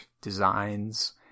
designs